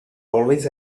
always